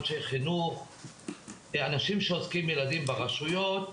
אנשי חינוך ואנשים שעוסקים בחינוך ברשויות.